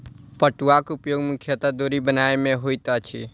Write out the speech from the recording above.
पटुआक उपयोग मुख्यतः डोरी बनयबा मे होइत अछि